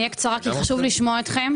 אני אהיה קצרה כי חשוב לשמוע את הממשלה,